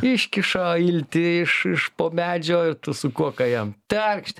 iškiša iltį iš iš po medžio su kuoka jam terkšt